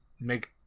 make